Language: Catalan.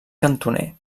cantoner